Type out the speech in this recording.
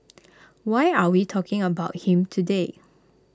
why are we talking about him today